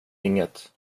inget